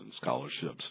scholarships